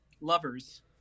lovers